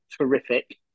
terrific